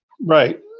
Right